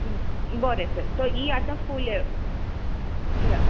बरें सर सो ही आता फूल य या